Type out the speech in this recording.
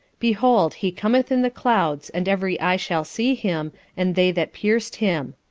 behold, he cometh in the clouds and every eye shall see him and they that pierc'd him.